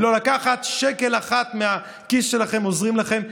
בלי לקחת שקל אחד מהכיס שלכם, עוזרים לכם.